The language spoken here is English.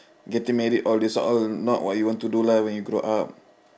getting married all these all not what you want to do lah when you grow up